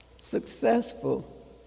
successful